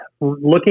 looking